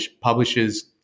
publishers